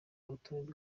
urutonde